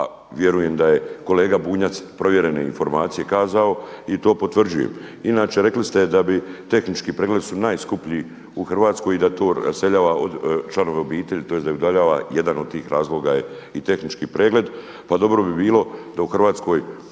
vjerujem da je kolega Bunjac provjerene informacije kazao i to potvrđujem. Inače rekli ste da bi tehnički pregledi su najskuplji u Hrvatskoj i da to raseljava članove obitelji, tj. da udaljava, jedan od tih razloga je i tehnički pregled pa dobro bi bilo da u Hrvatskoj